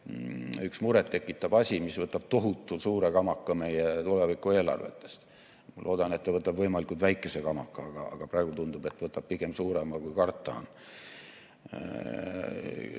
üks muret tekitav asi, mis võtab tohutu suure kamaka meie tulevikueelarvetest. Ma loodan, et see võtab võimalikult väikese kamaka, aga praegu tundub, et võtab pigem suurema, kui kardetud on.